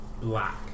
Black